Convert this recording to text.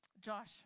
Josh